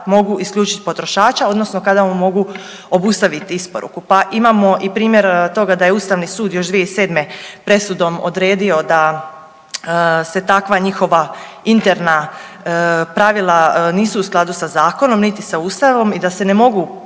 mogu isključiti potrošača odnosno kada mu mogu obustaviti isporuku, pa imamo i primjer toga da je Ustavni sud još 2007. presudom odredio da se takva njihova interna pravila nisu u skladu sa zakonom, niti sa Ustavom i da se ne mogu